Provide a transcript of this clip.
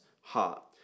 heart